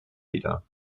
wieder